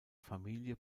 familie